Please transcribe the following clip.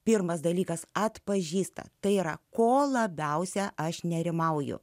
pirmas dalykas atpažįsta tai yra ko labiausiai aš nerimauju